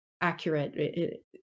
accurate